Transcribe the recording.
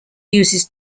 uses